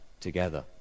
together